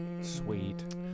Sweet